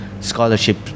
scholarship